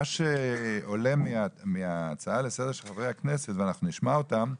מה שעולה מההצעה לסדר של חברי הכנסת ואנחנו נשמע אותם,